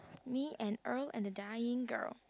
me and earl and the dying girl